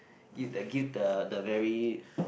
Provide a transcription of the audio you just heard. if they give the the very